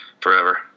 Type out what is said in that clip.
forever